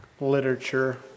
literature